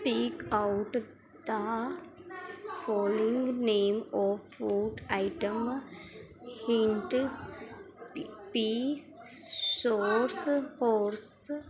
speak out the following name of food item hint P sauce force